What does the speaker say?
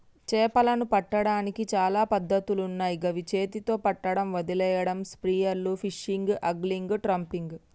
చేపలను పట్టడానికి చాలా పద్ధతులున్నాయ్ గవి చేతితొ పట్టడం, వలేయడం, స్పియర్ ఫిషింగ్, ఆంగ్లిగ్, ట్రాపింగ్